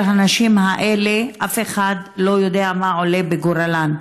הנשים האלה, אף אחד לא יודע מה עלה בגורלן.